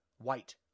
white